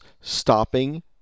stopping